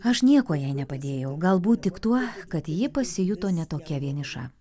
aš niekuo jai nepadėjau galbūt tik tuo kad ji pasijuto ne tokia vieniša